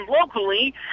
locally